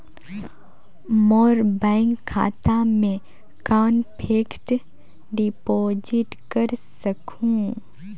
मोर bank खाता मे कौन फिक्स्ड डिपॉजिट कर सकहुं?